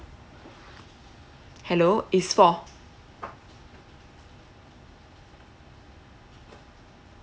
hello is four